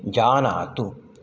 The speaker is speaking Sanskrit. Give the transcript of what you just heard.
जानातु